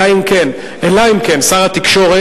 אלא אם כן שר התקשורת,